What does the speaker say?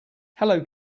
hello